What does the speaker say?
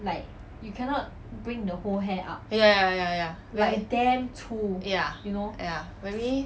ya ya ya ya ya ya maybe